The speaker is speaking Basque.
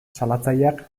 salatzaileak